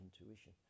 intuition